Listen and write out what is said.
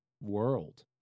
world